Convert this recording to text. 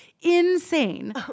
insane